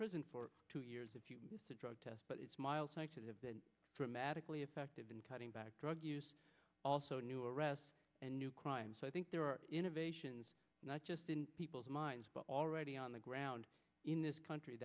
prison for two years if you use a drug test but it's miles high to have been dramatically effective in cutting back drug use also new arrests and new crime so i think there are innovations not just in people's minds but already on the ground in this country